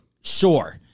sure